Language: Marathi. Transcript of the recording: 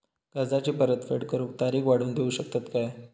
कर्जाची परत फेड करूक तारीख वाढवून देऊ शकतत काय?